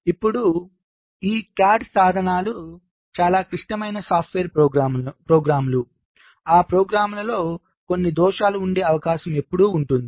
ఇప్పుడు ఈ CAD సాధనాలు చాలా క్లిష్టమైన సాఫ్ట్వేర్ ప్రోగ్రామ్లు ఆ ప్రోగ్రామ్లలో కొన్ని దోషాలు ఉండే అవకాశం ఎప్పుడూ ఉంటుంది